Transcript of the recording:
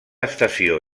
estació